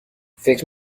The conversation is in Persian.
فکر